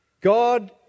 God